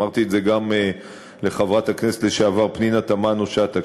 אמרתי את זה גם לחברת הכנסת לשעבר פנינה תמנו-שטה,